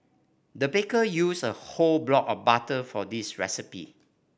the baker used a whole block of butter for this recipe